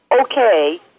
okay